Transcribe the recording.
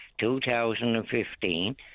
2015